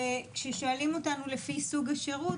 כששואלים אותנו לפי סוג השירות,